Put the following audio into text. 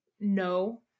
no